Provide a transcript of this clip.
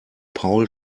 paul